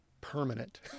permanent